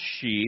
sheep